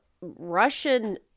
Russian